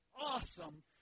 awesome